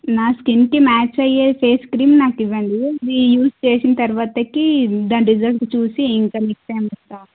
నా స్కిన్కి మ్యాచ్ అయ్యే ఫేస్ క్రీమ్ నాకు ఇవ్వండి అది యూజ్ చేసిన తరువాత దాని రిజల్ట్స్ చూసి ఇంకా నెక్స్ట్ టైం వస్తాను